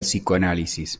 psicoanálisis